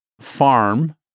farm